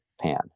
pan